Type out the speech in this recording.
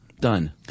Done